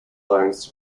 loans